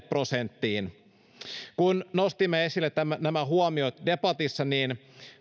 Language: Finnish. prosenttiin kun nostimme esille nämä huomiot debatissa niin